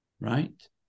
Right